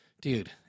dude